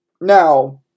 Now